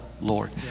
Lord